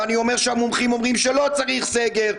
ואני אומר שהמומחים אומרים שלא צריך סגר,